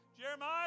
Jeremiah